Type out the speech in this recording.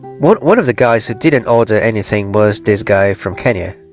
one one of the guys who didn't order anything was this guy from kenya